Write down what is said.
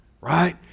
right